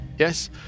Yes